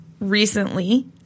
recently